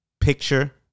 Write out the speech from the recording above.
Picture